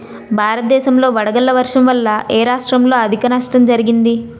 భారతదేశం లో వడగళ్ల వర్షం వల్ల ఎ రాష్ట్రంలో అధిక నష్టం జరిగింది?